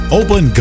open